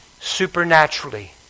Supernaturally